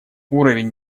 уровень